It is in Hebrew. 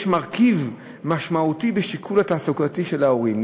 יש מרכיב משמעותי בשיקול התעסוקתי של ההורים.